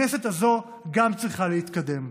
גם הכנסת הזו צריכה להתקדם.